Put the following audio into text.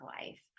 life